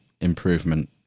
improvement